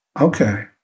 Okay